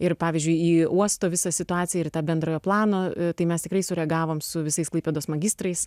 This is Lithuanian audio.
ir pavyzdžiui į uosto visą situaciją ir tą bendrojo plano tai mes tikrai sureagavom su visais klaipėdos magistrais